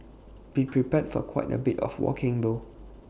be prepared for quite A bit of walking though